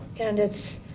and it's,